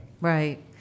Right